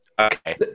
Okay